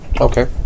Okay